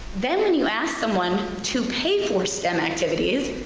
then when you ask someone to pay for stem activities,